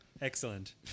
Excellent